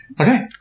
Okay